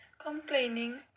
complaining